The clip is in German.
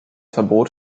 verbot